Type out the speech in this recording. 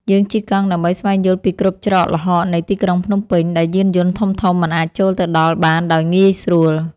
យើងជិះកង់ដើម្បីស្វែងយល់ពីគ្រប់ច្រកល្ហកនៃទីក្រុងភ្នំពេញ ដែលយានយន្តធំៗមិនអាចចូលទៅដល់បានដោយងាយស្រួល។